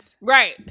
Right